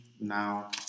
now